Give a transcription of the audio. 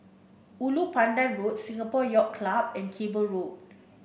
Ulu Pandan Road Singapore Yacht Club and Cable Road